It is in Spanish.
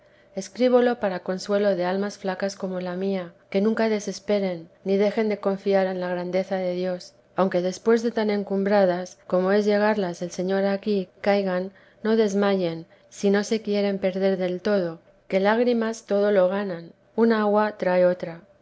escríbolo para consuelo de almas flacas como la mía que nunca desesperen ni dejen de confiar en la grandeza de dios aunque después de tan encumbradas como es llegarlas el señor aquí cayan no desmayen si no se quieren perder del todo que lágrimas todo lo ganan un agua trae otra